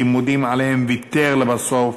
לימודים שעליהם ויתר לבסוף